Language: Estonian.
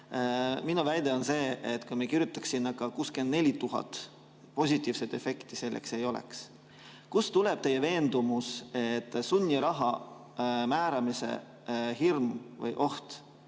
Minu väide on see, et kui me kirjutaks sinna ka 64 000, positiivset efekti sellel ei oleks. Kust tuleb teie veendumus, et sunniraha määramise hirm või oht